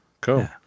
Cool